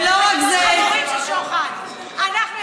ולא רק זה, לקיחת שוחד, של שוחד.